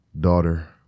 daughter